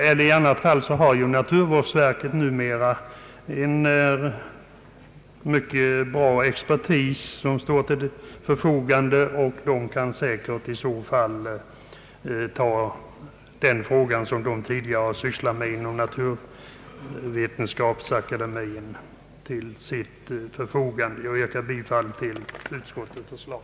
I annat fall har naturvårdsverket numera en mycket bra expertis till förfogande, som kan ta hand om de frågor som Vetenskapsakademien förut sysslade med på detta område. Jag yrkar bifall till utskottets förslag.